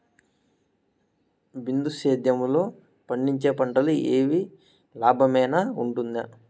బిందు సేద్యము లో పండించే పంటలు ఏవి లాభమేనా వుంటుంది?